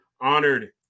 honored